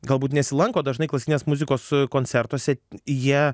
galbūt nesilanko dažnai klasikinės muzikos koncertuose jie